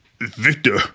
Victor